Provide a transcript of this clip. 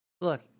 look